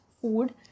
food